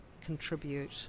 contribute